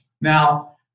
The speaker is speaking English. Now